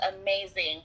amazing